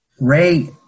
Ray